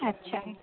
अच्छा